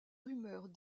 rumeurs